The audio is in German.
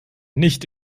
nicht